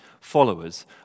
followers